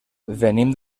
venim